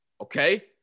okay